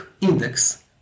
index